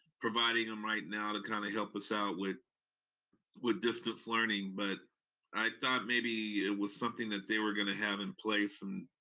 providing em right now to kinda help us out with with distance learning? but i thought maybe it was something that they were gonna have in place, and,